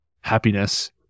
happiness